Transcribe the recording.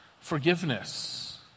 Forgiveness